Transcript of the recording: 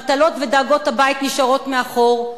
מטלות ודאגות הבית נשארות מאחור,